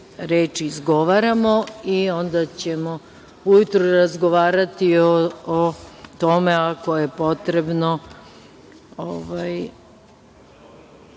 reči izgovaramo i onda ćemo ujutru razgovarati o tome ako je potrebno